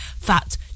fat